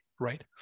right